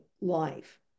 life